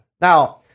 Now